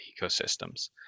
ecosystems